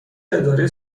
اداره